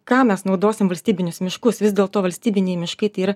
kam mes naudosim valstybinius miškus vis dėlto valstybiniai miškai tai yra